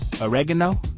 oregano